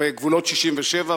בגבולות 67',